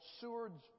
Seward's